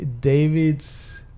David's